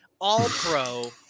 all-pro